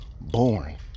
born